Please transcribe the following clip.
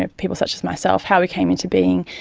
ah people such as myself, how we came into being.